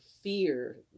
fear